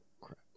crap